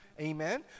Amen